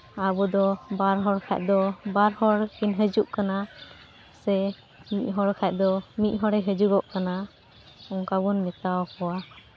ᱟᱵᱚ ᱫᱚ ᱵᱟᱨ ᱦᱚᱲ ᱠᱷᱟᱡ ᱫᱚ ᱵᱟᱨ ᱦᱚᱲ ᱠᱤᱱ ᱦᱤᱡᱩᱜ ᱠᱟᱱᱟ ᱥᱮ ᱢᱤᱫ ᱦᱚᱲ ᱠᱷᱟᱡ ᱫᱚ ᱢᱤᱫ ᱦᱚᱲᱮ ᱦᱤᱡᱩᱜᱚᱜ ᱠᱟᱱᱟ ᱚᱱᱠᱟ ᱵᱚᱱ ᱢᱮᱛᱟ ᱠᱚᱣᱟ